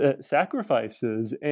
sacrifices